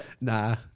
Nah